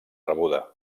rebuda